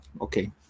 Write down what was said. okay